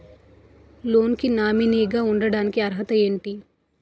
Loan కి nominee గా ఉండటానికి అర్హత ఏమిటి?